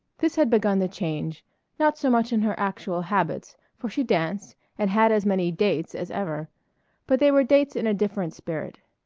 this had begun the change not so much in her actual habits, for she danced, and had as many dates as ever but they were dates in a different spirit.